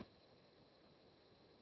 Grazie